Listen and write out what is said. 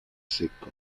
secco